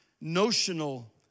notional